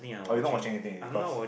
or you not watching anything already because